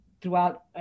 throughout